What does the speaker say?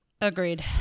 Agreed